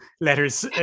letters